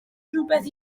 rywbeth